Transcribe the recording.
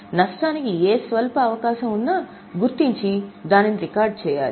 నష్టానికి ఏ స్వల్ప అవకాశం ఉన్నా గుర్తించి దానిని రికార్డ్ చేయాలి